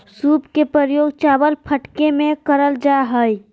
सूप के प्रयोग चावल फटके में करल जा हइ